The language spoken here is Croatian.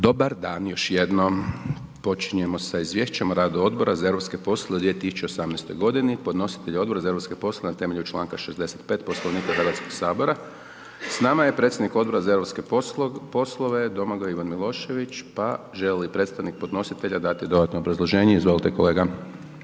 Dobar dan još jednom. Počinjemo sa: - Izvješće o radu Odbora za europske poslove u 2018. godini Podnositelj je Odbor za europske poslove na temelju članka 65. Poslovnika Hrvatskog sabora. S nama je predsjednik Odbora za europske poslove Domagoj Ivan Milošević, pa želi li predstavnik predlagatelja dati dodatno obrazloženje. Izvolite kolega.